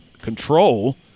control